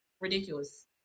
Ridiculous